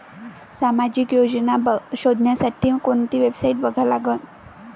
सामाजिक योजना शोधासाठी कोंती वेबसाईट बघा लागन?